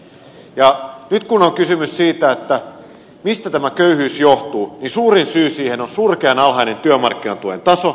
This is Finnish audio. nyt kun on kysymys siitä mistä tämä köyhyys johtuu niin suurin syy siihen on surkean alhainen työmarkkinatuen taso